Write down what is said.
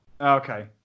okay